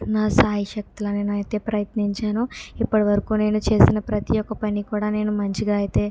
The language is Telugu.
నా శాయిశక్తుల నేను అయితే ప్రయత్నించాను ఇప్పటివరకు నేను చేసిన ప్రతి ఒక్క పని కూడా నేను మంచిగా అయితే